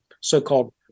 so-called